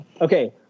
Okay